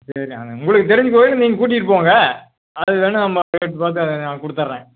சரி அங்கே உங்களுக்கு தெரிஞ்ச கோயில் நீங்கள் கூட்டிகிட்டு போங்க அது வேணா நம்ம ரேட்டு பார்த்து நான் கொடுத்தட்றேன்